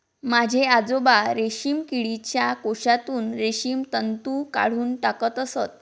माझे आजोबा रेशीम किडीच्या कोशातून रेशीम तंतू काढून टाकत असत